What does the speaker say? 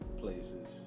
places